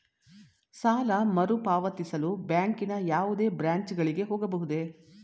ಸಾಲ ಮರುಪಾವತಿಸಲು ಬ್ಯಾಂಕಿನ ಯಾವುದೇ ಬ್ರಾಂಚ್ ಗಳಿಗೆ ಹೋಗಬಹುದೇ?